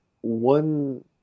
one